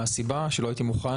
הסיבה היא שלא הייתי מוכן,